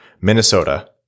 Minnesota